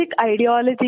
ideology